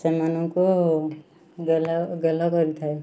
ସେମାନଙ୍କୁ ଗେଲ ଗେଲ କରିଥାଏ